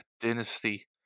Dynasty